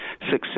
success